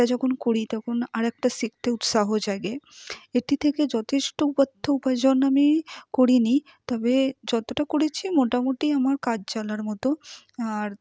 একটা যখন করি তখন আরেকটা শিখতে উৎসাহ জাগে এটি থেকে যথেষ্ট উপার্জন আমি করি নি তবে যতটা করেছি মোটামোটি আমার কাজ চলার মতো আর